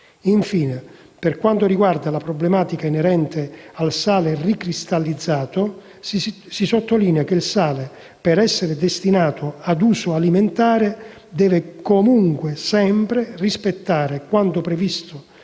Infine, per quanto riguarda la problematica inerente al sale ricristallizzato, si sottolinea che il sale, per essere destinato ad uso alimentare, deve comunque e sempre rispettare quanto previsto